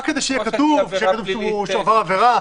בסדר, רק כדי שיהיה כתוב שהוא עבר עבירה?